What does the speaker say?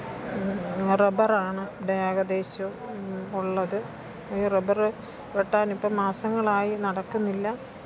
റബ്ബറാണ് ഇവിടെയേകദേശവും ഉള്ളത് ഈ റബ്ബർ വെട്ടാനിപ്പം മാസങ്ങളായി നടക്കുന്നില്ല